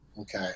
Okay